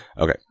okay